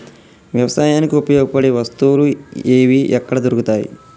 వ్యవసాయానికి ఉపయోగపడే వస్తువులు ఏవి ఎక్కడ దొరుకుతాయి?